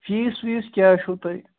fees ویٖس کیٛاہ چھُو تۄہہ